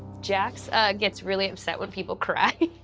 jacks gets really upset when people cry,